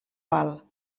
val